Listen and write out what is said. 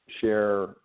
share